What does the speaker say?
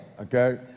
okay